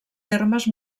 termes